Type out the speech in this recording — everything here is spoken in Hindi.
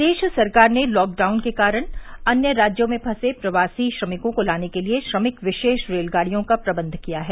प्रदेश सरकार ने लॉकडाउन के कारण अन्य राज्यों में फंसे प्रवासी श्रमिकों को लाने के लिए श्रमिक विशेष रेलगाड़ियों का प्रबन्ध किया है